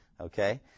Okay